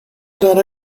not